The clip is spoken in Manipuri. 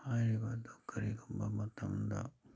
ꯍꯥꯏꯔꯤꯕ ꯑꯗꯨ ꯀꯔꯤꯒꯨꯝꯕ ꯃꯇꯝꯗ